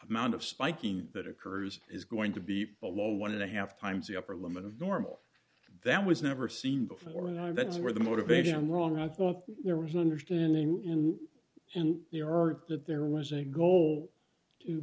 amount of spiking that occurs is going to be a low one and a half times the upper limit of normal that was never seen before and that's where the motivation wrong i thought there was an understanding in and there are that there was a goal to